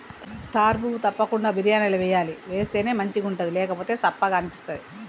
star పువ్వు తప్పకుండ బిర్యానీల వేయాలి వేస్తేనే మంచిగుంటది లేకపోతె సప్పగ అనిపిస్తది